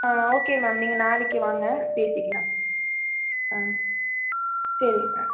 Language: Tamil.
ஆ ஓகே மேம் நீங்கள் நாளைக்கு வாங்க பேசிக்கலாம் ஆ சரி மேம்